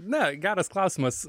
ne geras klausimas